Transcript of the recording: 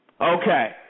Okay